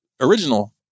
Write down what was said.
original